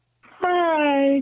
Hi